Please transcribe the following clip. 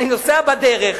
אני נוסע בדרך,